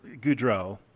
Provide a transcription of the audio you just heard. Goudreau